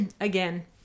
again